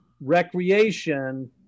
Recreation